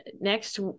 next